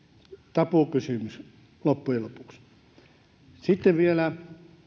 tabukysymys loppujen lopuksi sitten vielä